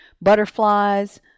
butterflies